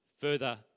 further